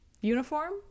uniform